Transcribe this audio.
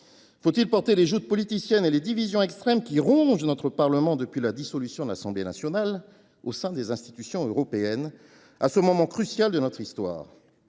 Faut il porter les joutes politiciennes et les divisions extrêmes, qui rongent notre Parlement depuis la dissolution de l’Assemblée nationale, au sein des institutions européennes, à ce moment crucial de notre histoire ?